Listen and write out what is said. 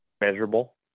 measurable